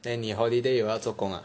then 你 holiday 有要做工 ah